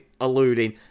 alluding